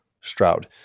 Stroud